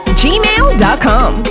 gmail.com